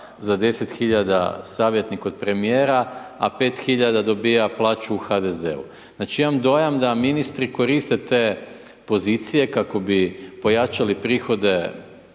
za 10 hiljada savjetnik od premijera a 5 hiljada dobiva plaću u HDZ-u. Znači imam dojam da ministri koriste te pozicije kako bi pojačali prihode